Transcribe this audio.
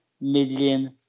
million